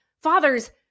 fathers